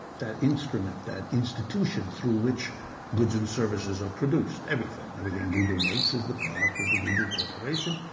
that instrument, that institution through which goods and services are produced. everything. everything google makes is the product of the google corporation,